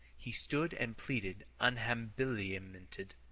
he stood and pleaded unhabilimented.